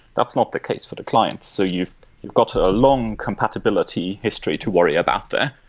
that's not the case for the clients. so you've got a long compatibility history to worry about there.